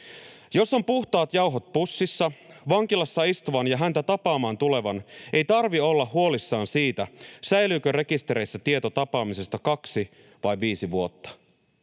Jos on puhtaat jauhot pussissa, vankilassa istuvan ja häntä tapaamaan tulevan ei tarvitse olla huolissaan siitä, säilyykö rekistereissä tieto tapaamisesta kaksi vai viisi vuotta.